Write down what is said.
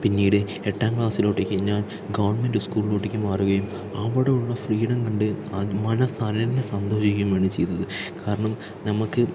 പിന്നീട് എട്ടാം ക്ലാസ്സിലോട്ടേക്ക് ഞാൻ ഗവൺമെൻറ് സ്കുളിലോട്ടേക്ക് മാറുകയും അവിടെയുള്ള ഫ്രീഡം കണ്ട് അതിന് മനസ്സലിഞ്ഞ് സന്തോഷിക്കുകയുമാണ് ചെയ്തത് കാരണം നമ്മൾക്ക്